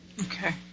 Okay